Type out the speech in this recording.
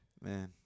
Man